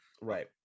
Right